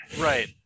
Right